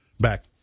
back